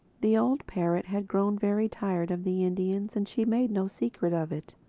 the old parrot had grown very tired of the indians and she made no secret of it.